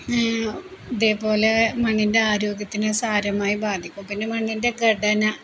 ഇതേപോലെ മണ്ണിൻ്റെ ആരോഗ്യത്തിനെ സാരമായി ബാധിക്കും പിന്നെ മണ്ണിൻ്റെ ഘടന